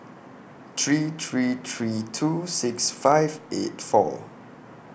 three three three two six five eight four